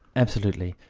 absolutely.